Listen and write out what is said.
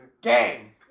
Gang